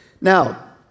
Now